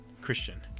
Christian